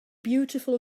beautiful